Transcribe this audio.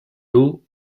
lou